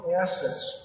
assets